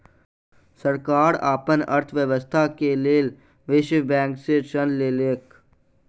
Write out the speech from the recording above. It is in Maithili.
सरकार अपन अर्थव्यवस्था के लेल विश्व बैंक से ऋण लेलक